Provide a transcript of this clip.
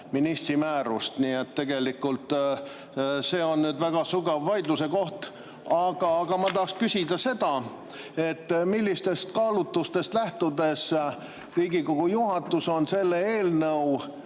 ministri määrust –, nii et tegelikult see on väga sügav vaidluse koht. Aga ma tahaksin küsida, millistest kaalutlustest lähtudes on Riigikogu juhatus selle eelnõu,